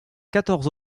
quatorze